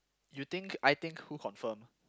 you think I think who confirm